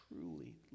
truly